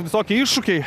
visokie iššūkiai